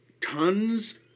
tons